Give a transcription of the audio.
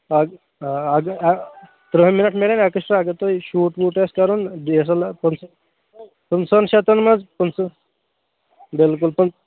ادٕ آ اَدٕ ترٕٛہ مِنٹ میلان ایٚکسٹرا اَگر تۄہہِ شوٗٹ ووٗٹ آسہِ کَرُن D S L R photo پٍنٛژٕہَن شتَن منٛز بِلکُل